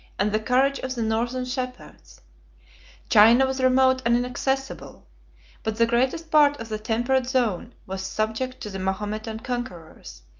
and the courage of the northern shepherds china was remote and inaccessible but the greatest part of the temperate zone was subject to the mahometan conquerors,